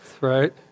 right